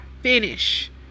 finish